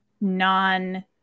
non-